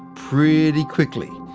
pretty quickly.